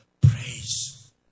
Praise